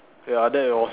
ya that was